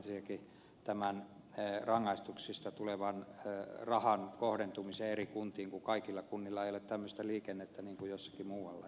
tämähän eriarvoistaisi ensinnäkin rangaistuksista tulevan rahan kohdentumisen eri kuntiin kun kaikilla kunnilla ei ole tämmöistä liikennettä niin kuin jossakin muualla